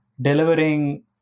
delivering